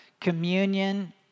communion